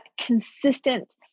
consistent